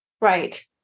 Right